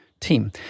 team